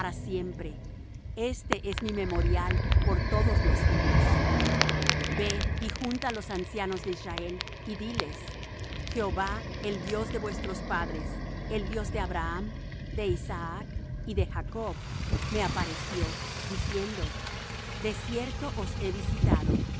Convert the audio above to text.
siempre este es mi memorial por todos los siglos ve y junta los ancianos de israel y diles jehová el dios de vuestros padres el dios de abraham de isaac y de jacob me apareció diciendo de cierto os he visitado y